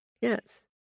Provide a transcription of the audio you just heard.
Yes